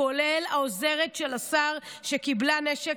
כולל העוזרת של השר שקיבלה נשק